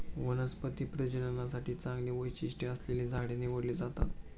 वनस्पती प्रजननासाठी चांगली वैशिष्ट्ये असलेली झाडे निवडली जातात